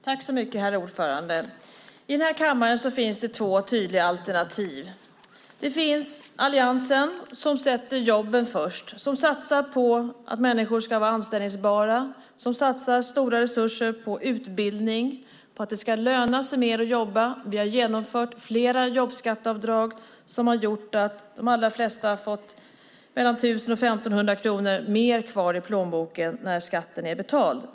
Herr talman! I kammaren finns två tydliga alternativ. Det finns Alliansen, som sätter jobben först och satsar på att människor ska vara anställningsbara, som satsar stora resurser på utbildning, på att det ska löna sig mer att jobba. Vi har genomfört flera jobbskatteavdrag som gjort att de allra flesta fått mellan 1 000 och 1 500 kronor mer kvar i plånboken när skatten är betald.